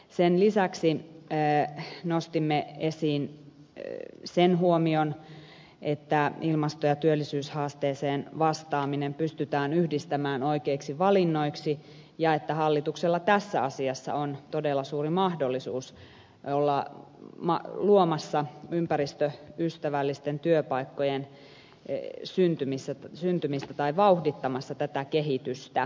sen lisäksi nostimme esiin sen huomion että ilmasto ja työllisyyshaasteeseen vastaaminen pystytään yhdistämään oikeiksi valinnoiksi ja että hallituksella tässä asiassa on todella suuri mahdollisuus olla luomassa ympäristöystävällisten työpaikkojen syntymistä tai vauhdittamassa tätä kehitystä